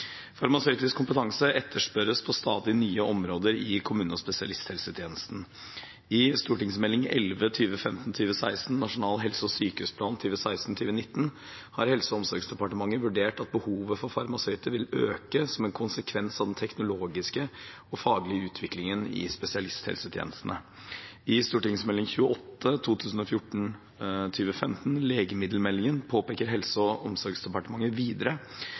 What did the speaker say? Farmasøytisk kompetanse etterspørres på stadig nye områder i kommune- og spesialisthelsetjenesten. I Meld. St. 11 for 2015–2016, Nasjonal helse- og sykehusplan 2016–2019, har Helse- og omsorgsdepartementet vurdert at behovet for farmasøyter vil øke som en konsekvens av den teknologiske og faglige utviklingen i spesialisthelsetjenestene. I Meld. St. 28 for 2014–2015, Legemiddelmeldingen, Riktig bruk – bedre helse, påpeker Helse- og omsorgsdepartementet videre